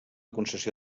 concessió